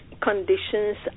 conditions